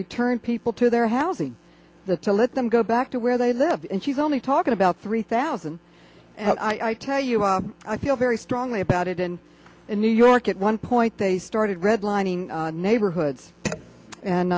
return people to their housing the to let them go back to where they live and she's only talking about three thousand and i tell you i feel very strongly about it and in new york at one point they started redlining neighborhoods and